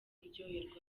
kuryoherwa